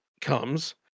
comes